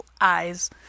eyes